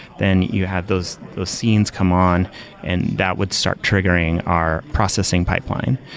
then you have those those scenes come on and that would start triggering our processing pipeline.